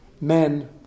men